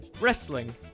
wrestling